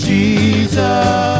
Jesus